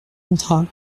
contrat